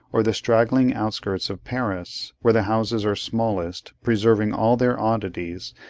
or the straggling outskirts of paris, where the houses are smallest, preserving all their oddities,